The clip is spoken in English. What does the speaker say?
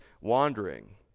wandering